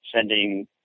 sending